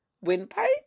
Windpipe